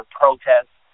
protests